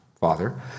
Father